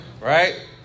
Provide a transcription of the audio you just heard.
right